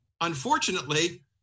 Unfortunately